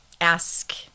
ask